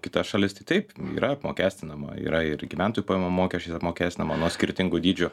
kitas šalis tai taip yra apmokestinama yra ir gyventojų pajamų mokesčiais apmokestinama nuo skirtingų dydžių